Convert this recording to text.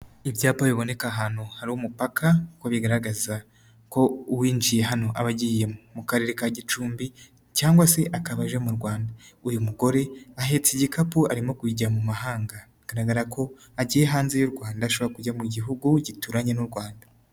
Ibyapa biboneka ahantu hari umupaka, kuko bigaragaza ko uwinjiye hano aba agiye mu karere ka Gicumbi cyangwa se akaba aje mu Rwanda. Uyu mugore ahetse igikapu arimo kujya mu mahanga bigaragara ko agiye hanze y'u Rwanda ashobora kujya mu gihugu gituranye n'u Rwanda.